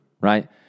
right